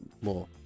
more